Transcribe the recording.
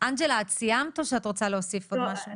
אנג'לה את סיימת או שאת רוצה להוסיף עוד משהו?